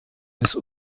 des